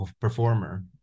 performer